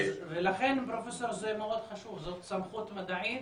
ולכן, פרופסור זה מאוד חשוב, זאת סמכות מדעית